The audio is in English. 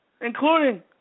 including